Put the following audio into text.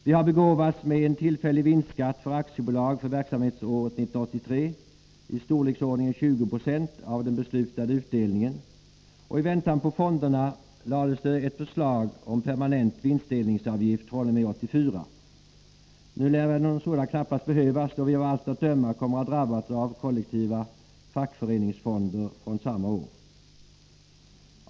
Vi har begåvats med en tillfällig vinstskatt för aktiebolag för verksamhetsåret 1983 i storleksordningen 20 20 av den beslutade utdelningen, och i väntan på fonderna lades ett förslag om permanent vinstdelningsavgift fr.o.m. 1984. Nu lär väl någon sådan knappast behövas, då vi av allt att döma kommer att drabbas av kollektiva fackföreningsfonder från samma år.